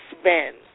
spend